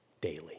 daily